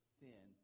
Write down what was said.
sin